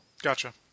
Gotcha